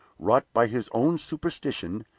wrought by his own superstition,